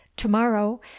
tomorrow